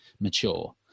mature